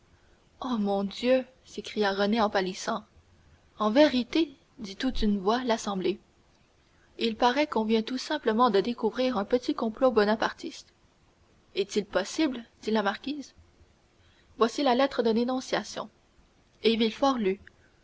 ô mon dieu s'écria renée en pâlissant en vérité dit tout d'une voix l'assemblée il paraît qu'on vient tout simplement de découvrir un petit complot bonapartiste est-il possible dit la marquise voici la lettre de dénonciation et